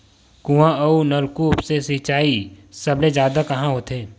कुआं अउ नलकूप से सिंचाई सबले जादा कहां होथे?